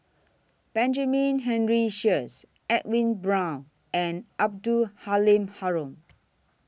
Benjamin Henry Sheares Edwin Brown and Abdul Halim Haron